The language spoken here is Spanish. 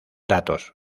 datos